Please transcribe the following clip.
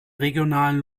regionalen